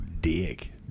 dick